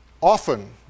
often